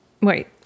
Wait